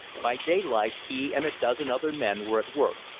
by daylight he and a dozen other men were at work,